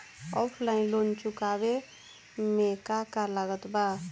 Offline loan चुकावे म का का लागत बा?